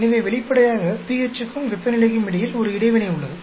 எனவே வெளிப்படையாக pH க்கும் வெப்பநிலைக்கும் இடையில் ஒரு இடைவினை உள்ளது